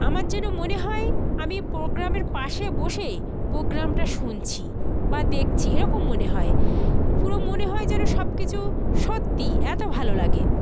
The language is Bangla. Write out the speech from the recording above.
আমার যেন মনে হয় আমি পোগ্রামের পাশে বসে পোগ্রামটা শুনছি বা দেখছি এরকম মনে হয় পুরো মনে হয় যেন সব কিছু সত্যি এত ভালো লাগে